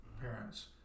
parents